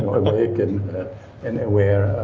awake and and aware